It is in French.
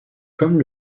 comme